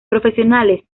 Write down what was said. profesionalmente